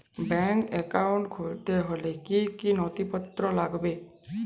Bank account খুলতে হলে কি কি নথিপত্র লাগবে?